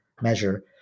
measure